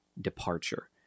departure